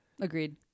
Agreed